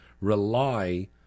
rely